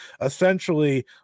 essentially